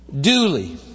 duly